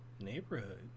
neighborhood